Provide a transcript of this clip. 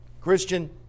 Christian